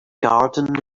garden